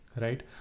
Right